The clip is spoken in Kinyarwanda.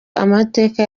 amateka